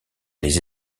les